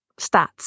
stats